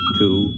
two